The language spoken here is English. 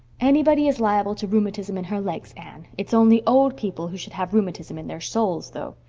anybody is liable to rheumatism in her legs, anne. it's only old people who should have rheumatism in their souls, though.